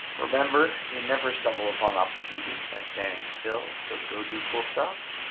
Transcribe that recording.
remember, you never stumble upon opportunity by standing still, so go do cool stuff.